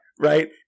right